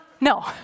No